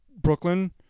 Brooklyn